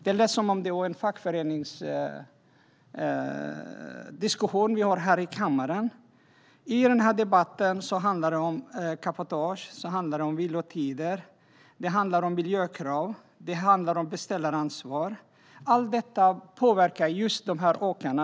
Det lät som att det var en fackföreningsdiskussion här i kammaren. I den här debatten handlar det om cabotage, vilotider, miljökrav och beställaransvar. Allt detta påverkar just de här åkarna.